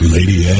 Lady